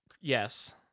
Yes